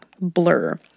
Blur